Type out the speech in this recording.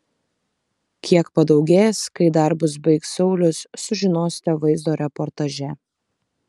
kiek padaugės kai darbus baigs saulius sužinosite vaizdo reportaže